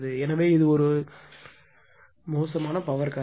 எனவே இது ஒரு மோசமான பவர் காரணி